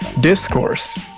discourse